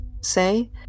say